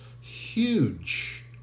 huge